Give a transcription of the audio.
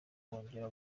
bongera